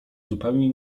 zupełnie